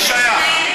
למי שייך?